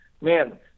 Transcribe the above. man